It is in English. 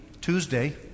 Tuesday